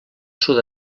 sud